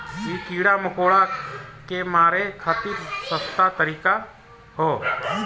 इ कीड़ा मकोड़ा के मारे खातिर सस्ता तरीका हौ